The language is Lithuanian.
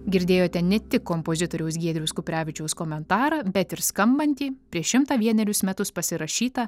girdėjote ne tik kompozitoriaus giedriaus kuprevičiaus komentarą bet ir skambantį prieš šimtą vienerius metus pasirašytą